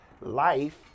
life